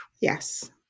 yes